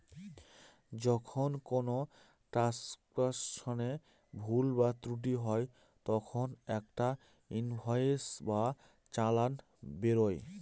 যখন কোনো ট্রান্সাকশনে ভুল বা ত্রুটি হয় তখন একটা ইনভয়েস বা চালান বেরোয়